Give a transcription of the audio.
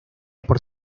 por